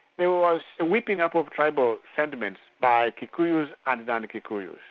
there was a whipping up of tribal sentiments by kikuyus and non-kikuyus.